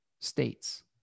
states